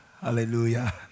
Hallelujah